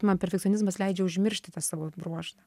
man perfekcionizmas leidžia užmiršti tą savo bruožą